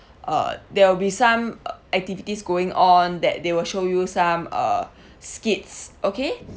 uh there will be some activities going on that they will show you some uh skits okay